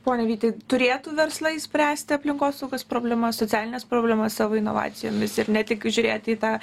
pone vyti turėtų verslai spręsti aplinkosaugos problemas socialines problemas savo inovacijomis ir ne tik žiūrėt į tą